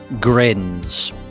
grins